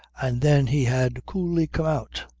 and then he had coolly come out!